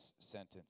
sentence